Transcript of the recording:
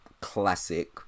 classic